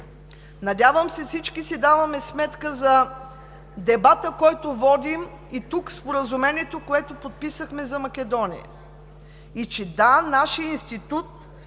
Надявам се, че всички си даваме сметка за дебата, който водим, и Споразумението, което подписахме за Македония, и че да, нашият институт